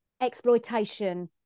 exploitation